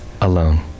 alone